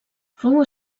fou